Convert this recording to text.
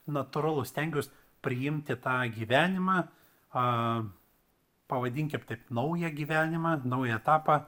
natūralu stengiuos priimti tą gyvenimą a pavadinkim taip naują gyvenimą naują etapą